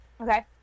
okay